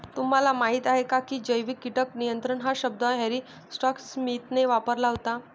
तुम्हाला माहीत आहे का की जैविक कीटक नियंत्रण हा शब्द हॅरी स्कॉट स्मिथने वापरला होता?